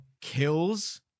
kills